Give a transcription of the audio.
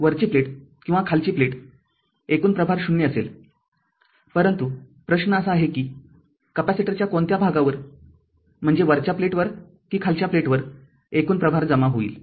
वरची प्लेट किंवा खालची प्लेट एकूण प्रभार ० असेल परंतु प्रश्न असा आहे की कपॅसिटरच्या कोणत्या भागावर म्हणजे वरच्या प्लेटवर कि खालच्या प्लेटवर एकूण प्रभार जमा होईल